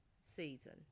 season